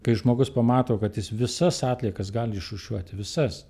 kai žmogus pamato kad jis visas atliekas gali išrūšiuoti visas